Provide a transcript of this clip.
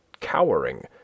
cowering